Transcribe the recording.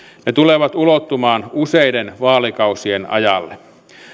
ne tulevat ulottumaan useiden vaalikausien ajalle